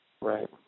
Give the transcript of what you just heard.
Right